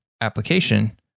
application